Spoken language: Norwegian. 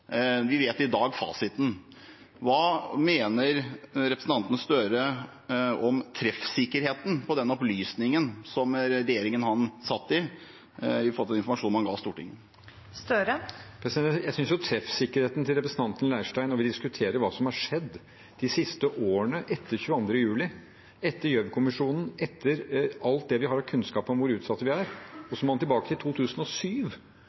Vi vet i dag fasiten. Hva mener representanten Støre om treffsikkerheten i den opplysningen fra regjeringen han satt i, i forhold til den informasjonen man ga Stortinget? Når det gjelder treffsikkerheten til representanten Leirstein – når vi diskuterer hva som har skjedd de siste årene etter 22. juli, etter Gjørv-kommisjonen, etter alt det vi har av kunnskap om hvor utsatte vi er – så må han tilbake til 2007